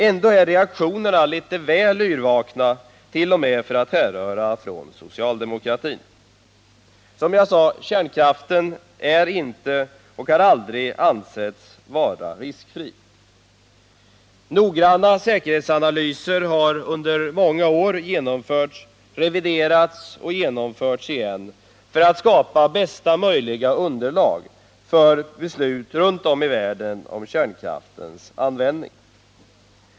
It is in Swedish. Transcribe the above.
Ändå är reaktionerna litet väl yrvakna, t.o.m. för att härröra från socialdemokratin. Kärnkraften är inte och har aldrig ansetts vara riskfri. Noggranna säkerhetsanalyser har under många år genomförts, reviderats och genomförts igen för att skapa bästa möjliga underlag för beslut runt om i världen om kärnkraftens användning.